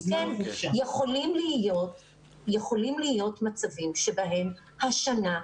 אז כן יכולים להיות מצבים שבהם השנה,